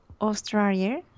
Australia